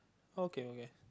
okay okay